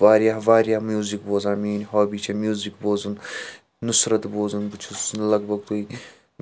واریاہ واریاہ مِیوزِک بوزان مِیٛٲنۍ ہابِی چھِ مِیوزِک بوزُن نُصرَت بوزُن بہٕ چھُس لَگ بَگ